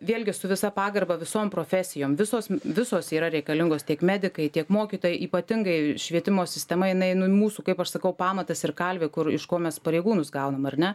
vėlgi su visa pagarba visom profesijom visos visos yra reikalingos tiek medikai tiek mokytojai ypatingai švietimo sistema jinai nu mūsų kaip aš sakau pamatas ir kalvė kur iš ko mes pareigūnus gaunam ar ne